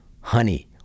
honey